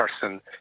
person